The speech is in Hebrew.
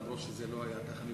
אף שזה לא היה כך.